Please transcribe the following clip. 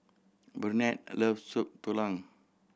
Burnett loves Soup Tulang